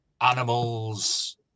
animals